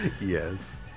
Yes